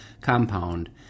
compound